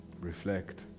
Reflect